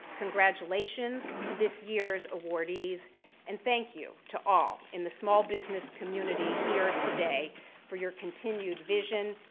congratulations to this year's awardees and thank you to all in the small business community here today for your continued vision,